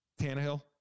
Tannehill